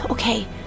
Okay